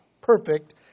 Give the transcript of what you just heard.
perfect